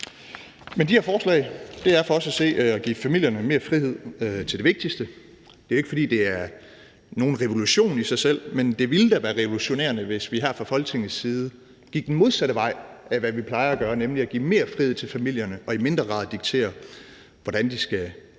Men de her forslag er for os at se at give familierne mere frihed til det vigtigste, og det er jo ikke, fordi det er nogen revolution i sig selv. Men det ville da være revolutionerende, hvis vi her fra Folketingets side gik den modsatte vej af, hvad vi plejer at gøre, nemlig at give mere frihed til familierne og i mindre grad diktere, hvordan de skal leve